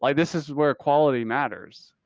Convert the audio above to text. like this is where quality matters.